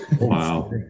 Wow